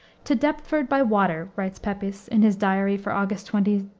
to deptford by water, writes pepys, in his diary for august twenty,